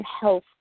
health